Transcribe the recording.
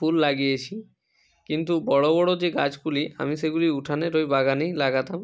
ফুল লাগিয়েছি কিন্তু বড়ো বড়ো যে গাছগুলি আমি সেগুলি উঠানের ওই বাগানেই লাগাতাম